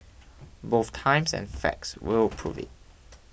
both times and facts will prove it